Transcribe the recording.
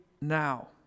now